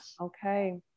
okay